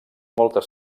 moltes